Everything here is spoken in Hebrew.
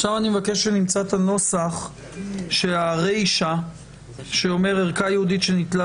עכשיו אני מבקש שנמצא את הנוסח שהרישה שאומר "ערכה ייעודית שניטלה